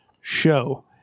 show